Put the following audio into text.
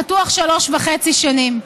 פתוח שלוש וחצי שנים.